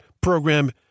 Program